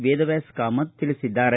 ವೇದವ್ಯಾಸ್ ಕಾಮತ್ ತಿಳಿಸಿದ್ದಾರೆ